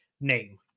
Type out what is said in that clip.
name